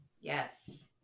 yes